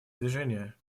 движения